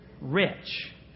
Rich